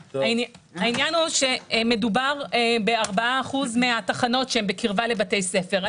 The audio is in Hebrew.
מדובר על 4% מן התחנות שהן בקרבה לבתי ספר.